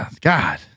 God